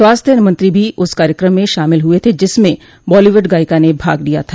स्वास्थ्य मंत्री भी उस कार्यक्रम में शामिल हुए थे जिसमें बॉलीवुड गायिका ने भाग लिया था